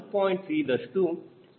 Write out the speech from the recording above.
3 ದಷ್ಟು ಆಗಿರುತ್ತದೆ